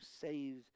save